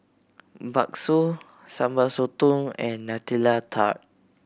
bakso Sambal Sotong and Nutella Tart